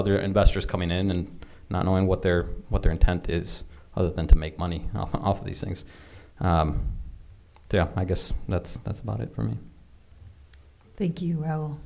other investors coming in and not knowing what their what their intent is other than to make money off of these things i guess that's that's about it for me thank you